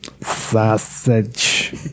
sausage